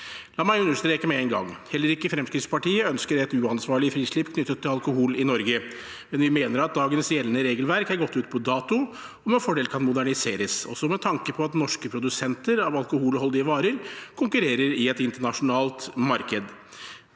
La meg understreke med en gang: Heller ikke Fremskrittspartiet ønsker et uansvarlig frislipp knyttet til alkohol i Norge. Men vi mener at dagens gjeldende regelverk er gått ut på dato og med fordel kan moderniseres, også med tanke på at norske produsenter av alkoholholdige varer konkurrerer i et internasjonalt marked.